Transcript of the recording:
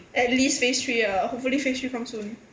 at least phase three ah hopefully phase three comes soon